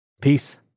Peace